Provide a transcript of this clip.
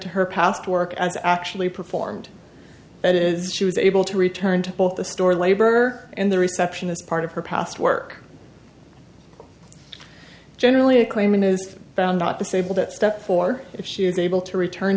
to her past work and actually performed it is she was able to return to both the store labor and the reception as part of her past work generally a claim is found not disabled at step four if she is able to return